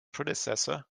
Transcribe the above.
predecessor